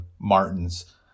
Martin's